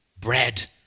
bread